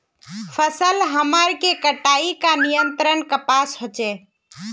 फसल हमार के कटाई का नियंत्रण कपास होचे?